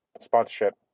Sponsorship